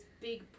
big